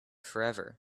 forever